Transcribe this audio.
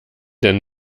denn